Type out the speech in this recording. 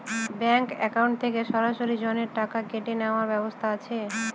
Bank account থেকে সরাসরি ঋণের টাকা কেটে নেওয়ার ব্যবস্থা আছে?